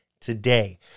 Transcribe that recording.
today